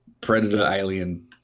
Predator-Alien